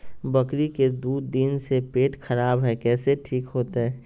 बकरी के दू दिन से पेट खराब है, कैसे ठीक होतैय?